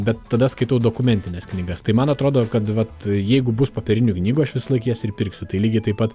bet tada skaitau dokumentines knygas tai man atrodo kad vat jeigu bus popierinių knygų aš visąlaik jas ir pirksiu tai lygiai taip pat